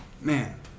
Man